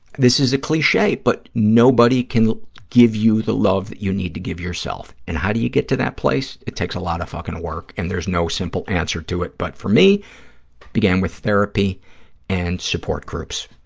this is a cliche, but nobody can give you the love that you need to give yourself. and how do you get to that place? it takes a lot of fucking work, and there's no simple answer to it, but for me began with therapy and support groups,